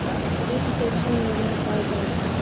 वृद्ध पेंशन योजना का बा?